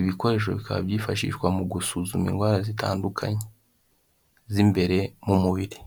ibikoresho bikaba byifashishwa mu gusuzuma indwara zitandukanye z'imbere mu mubiri.